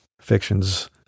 Fiction's